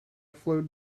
flowed